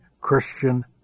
Christian